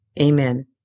amen